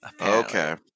Okay